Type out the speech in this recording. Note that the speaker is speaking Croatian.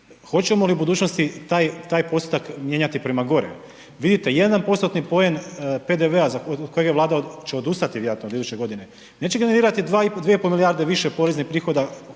hoćemo li u budućnosti taj postotak mijenjati prema gore. Vidite, 1%-tni poen PDV-a od kojeg će odustati vjerojatno od iduće godine, neće generirati 2,5 milijardi više poreznih prihoda